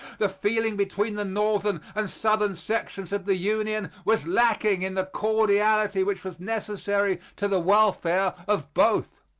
the feeling between the northern and southern sections of the union was lacking in the cordiality which was necessary to the welfare of both.